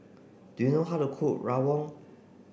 do you know how to cook Rawon